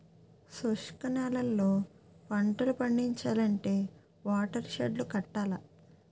శుష్క నేలల్లో పంటలు పండించాలంటే వాటర్ షెడ్ లు కట్టాల